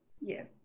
Yes